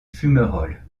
fumerolles